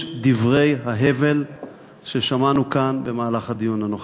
דברי ההבל ששמענו כאן במהלך הדיון הנוכחי.